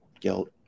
guilt